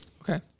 okay